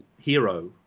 hero